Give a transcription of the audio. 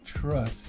trust